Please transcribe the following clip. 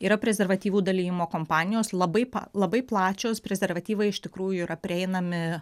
yra prezervatyvų dalijimo kompanijos labai labai plačios prezervatyvai iš tikrųjų yra prieinami